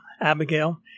Abigail